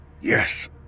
Yes